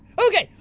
ok,